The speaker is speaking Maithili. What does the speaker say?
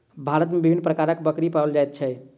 भारत मे विभिन्न प्रकारक बकरी पाओल जाइत छै